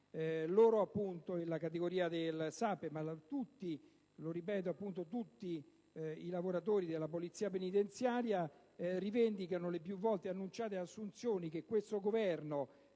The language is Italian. Gli appartenenti al SAPPE, ma anche, lo ripeto, tutti i lavoratori della Polizia penitenziaria, rivendicano le più volte annunciate assunzioni che questo Governo